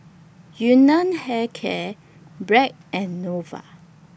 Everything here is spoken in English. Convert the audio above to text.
Yun Nam Hair Care Bragg and Nova